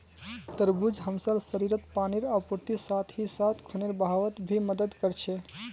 तरबूज हमसार शरीरत पानीर आपूर्तिर साथ ही साथ खूनेर बहावत भी मदद कर छे